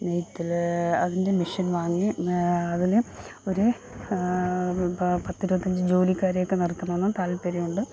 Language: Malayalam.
നെയ്ത്തിൽ അതിൻ്റെ മിഷീൻ വാങ്ങി അതിന് ഒരു പത്തിരുപത്തഞ്ച് ജോലിക്കാരെയൊക്കെ നിർത്തണമെന്ന് താല്പര്യമുണ്ട്